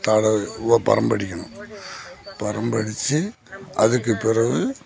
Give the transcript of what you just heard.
தடவி பரம்பு அடிக்கணும் பரம்படிச்சி அதுக்கு பிறகு